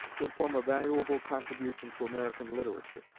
would form a valuable contribution to american literature.